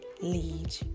lead